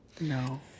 No